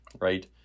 Right